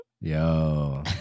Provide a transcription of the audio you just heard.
Yo